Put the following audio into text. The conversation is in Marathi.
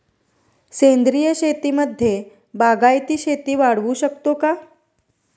सेंद्रिय शेतीमध्ये बागायती शेती वाढवू शकतो का?